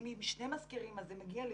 אם היא עם שני מזכירים, אז זה מגיע ליותר.